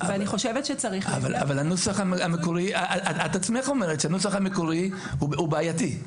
את עצמך אומרת שהנוסח המקורי הוא בעייתי.